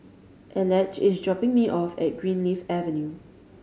Elige is dropping me off at Greenleaf Avenue